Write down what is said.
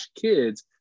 kids